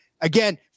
again